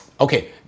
Okay